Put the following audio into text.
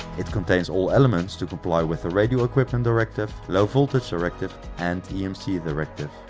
it contains all elements to comply with the radio equipment directive, low voltage directive and emc directive.